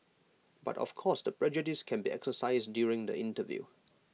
but of course the prejudice can be exercised during the interview